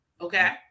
Okay